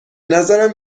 نظرم